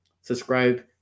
subscribe